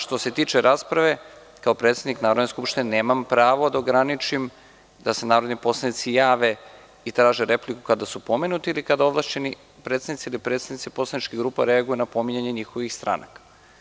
Što se tiče rasprave, kao predsednik Narodne skupštine nemam pravo da ograničim da se narodni poslanici jave i traže repliku kada su pomenuti, ili kada ovlašćeni predstavnici ili predsednici poslaničkih grupa reaguju na pominjanje njihovih stranaka.